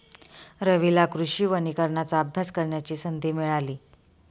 रवीला कृषी वनीकरणाचा अभ्यास करण्याची संधी मिळाली